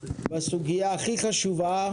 בסוגיה הכי חשובה: